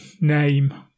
name